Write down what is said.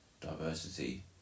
diversity